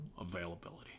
Availability